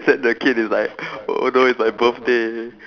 except the kid is like oh no it's my birthday